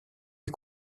les